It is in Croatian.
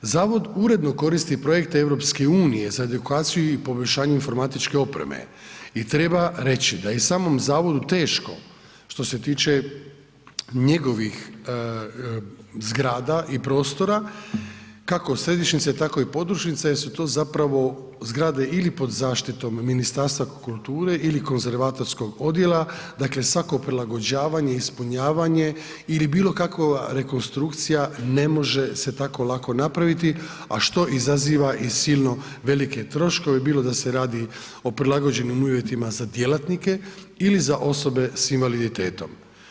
Zavod uredno koristi projekte EU za edukaciju i poboljšanje informatičke opreme i treba reći da je samom zavodu teško što se tiče njegovih zgrada i prostora kako središnjice tako i podružnice jer su to zapravo zgrade ili pod zaštitom Ministarstva kulture ili konzervatorskog odjela, dakle svako prilagođavanje, ispunjavanje ili bilo kakva rekonstrukcija ne može se tako lako napraviti a što izaziva i silno velike troškove bilo da se radi o prilagođenim uvjetima za djelatnike ili za osobe sa invaliditetom.